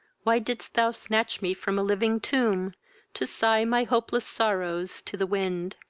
why didst thou snatch me from a living tomb to sigh my hopeless sorrows to the wind!